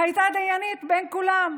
והייתה דיינית בין כולם.